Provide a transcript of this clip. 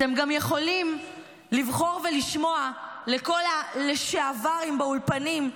אתם גם יכולים לבחור ולשמוע לכל הלשעברים באולפנים,